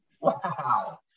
wow